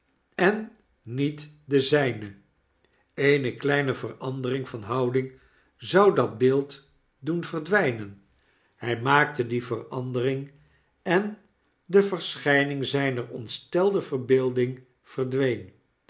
en niet de zjjne eene kleine verandering van houding zou dat beeld doen verdwjjnen hy maakte die verandering en de verschtjning zyner ontstelde verbeelding verdween